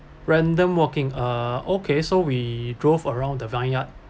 random walking uh okay so we drove around the vineyard